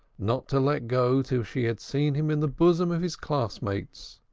not to let go till she had seen him in the bosom of his class-mates.